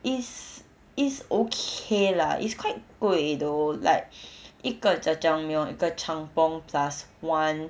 it's it's okay lah it's quite 贵 though like 一个 jajangmyeon 一个 jjampong plus one